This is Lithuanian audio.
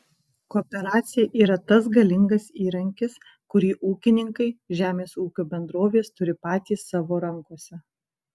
kooperacija yra tas galingas įrankis kurį ūkininkai žemės ūkio bendrovės turi patys savo rankose